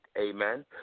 Amen